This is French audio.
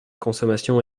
consommation